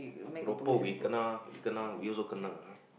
keropok we kena we kena we also kena ah